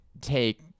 take